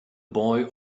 boy